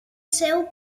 seu